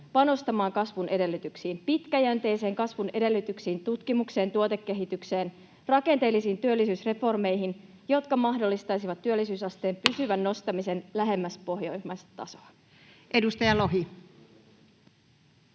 panostaa kasvun edellytyksiin, pitkäjänteisen kasvun edellytyksiin: tutkimukseen, tuotekehitykseen ja rakenteellisiin työllisyysreformeihin, jotka mahdollistaisivat työllisyysasteen pysyvän nostamisen lähemmäs pohjoismaista tasoa. Edustaja Lohi.